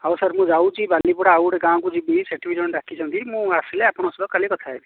ହଉ ସାର୍ ମୁଁ ଯାଉଛି ବାଲିପଡ଼ା ଆଉ ଗୋଟିଏ ଗାଁକୁ ଯିବି ସେଠି ବି ଜଣେ ଡାକିଛନ୍ତି ମୁଁ ଆସିଲେ ଆପଣଙ୍କ ସହିତ କାଲି କଥା ହେବି